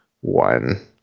one